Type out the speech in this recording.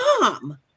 mom